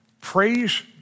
Praise